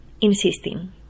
Insisting